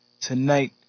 tonight